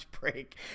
break